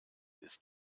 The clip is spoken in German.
ist